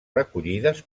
recollides